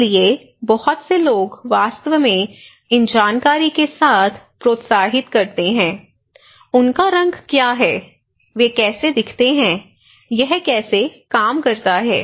इसलिए बहुत से लोग वास्तव में इन जानकारी के साथ प्रोत्साहित करते हैं उनका रंग क्या है वे कैसे दिखते हैं यह कैसे काम करता है